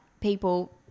people